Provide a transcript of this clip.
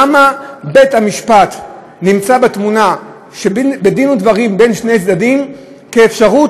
למה בית-המשפט נמצא בתמונה בדין ודברים בין שני צדדים כאפשרות,